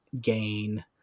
gain